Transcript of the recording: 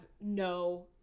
no